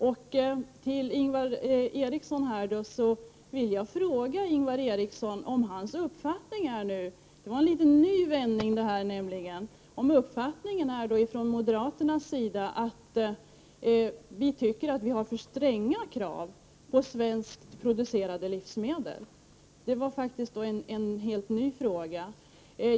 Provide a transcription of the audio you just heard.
Med anledning av Ingvar Erikssons inlägg vill jag fråga om Ingvar Erikssons och moderaternas uppfattning är att vi har för stränga krav på svenskproducerade livsmedel. Det var faktiskt en helt ny fråga.